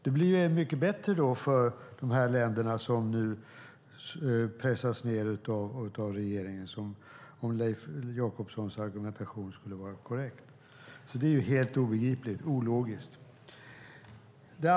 Det blir mycket bättre då för de länder som nu pressas ned av regeringen, om nu Leif Jakobssons argumentation skulle vara korrekt. Detta är helt obegripligt och ologiskt.